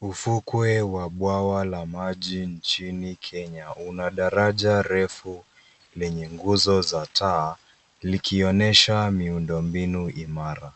Ufukwe wa bwawa la maji nchini Kenya una daraja refu lenye nguzo za taa, likionyesha miundombinu imara.